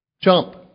jump